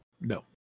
No